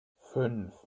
fünf